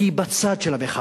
כי היא בצד של המחאה.